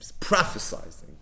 prophesizing